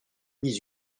dix